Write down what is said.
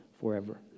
forever